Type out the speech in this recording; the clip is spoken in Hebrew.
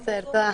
תודה.